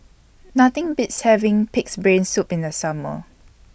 Nothing Beats having Pig'S Brain Soup in The Summer